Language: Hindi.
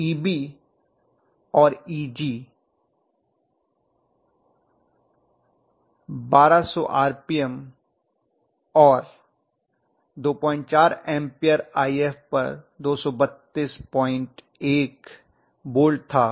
तो Eb or Eg 1200 आरपीएम और 24 एम्पीयर If पर 2321 वोल्ट था